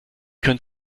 könnt